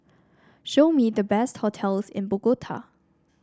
show me the best hotels in Bogota